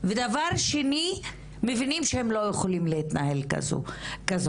ודבר שני, מבינים שהם לא יכולים להתנהל בצורה כזו.